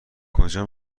کجا